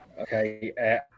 Okay